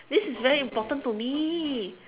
this is very important to me